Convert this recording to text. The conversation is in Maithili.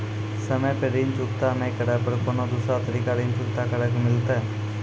समय पर ऋण चुकता नै करे पर कोनो दूसरा तरीका ऋण चुकता करे के मिलतै?